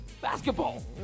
basketball